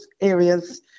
areas